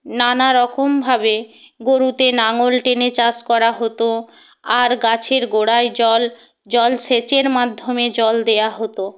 নানা রকমভাবে গরুতে লাঙল টেনে চাষ করা হতো আর গাছের গোড়ায় জল জলসেচের মাধ্যমে জল দেয়া হতো